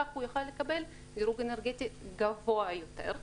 כך הוא יוכל לקבל דירוג אנרגטי גבוה יותר.